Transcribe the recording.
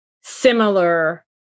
similar